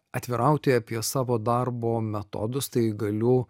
atvirauti apie savo darbo metodus tai galiu